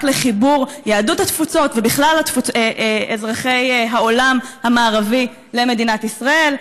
לחיבור יהדות התפוצות ובכלל אזרחי העולם המערבי למדינת ישראל?